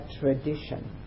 tradition